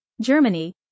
Germany